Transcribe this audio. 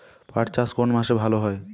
পাট চাষ কোন মাসে ভালো হয়?